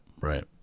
right